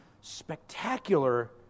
spectacular